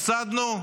הפסדנו?